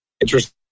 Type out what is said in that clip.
interesting